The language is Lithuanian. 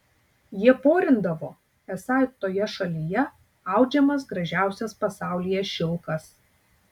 jie porindavo esą toje šalyje audžiamas gražiausias pasaulyje šilkas